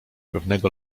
pewnego